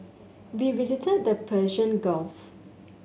we visited the Persian Gulf